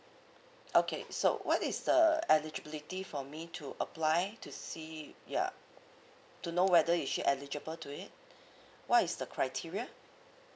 okay so what is the eligibility for me to apply to see ya to know whether if she eligible to it what is the criteria